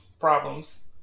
problems